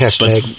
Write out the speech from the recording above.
Hashtag